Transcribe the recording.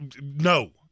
no